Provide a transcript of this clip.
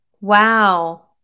Wow